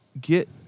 get